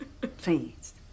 Please